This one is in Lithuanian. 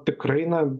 tikrai na